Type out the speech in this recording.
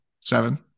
seven